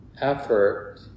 effort